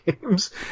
games